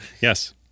Yes